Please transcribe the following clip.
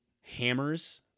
hammers